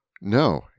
No